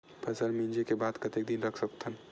फसल मिंजे के बाद कतेक दिन रख सकथन?